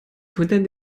futtern